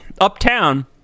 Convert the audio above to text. uptown